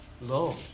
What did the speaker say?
Low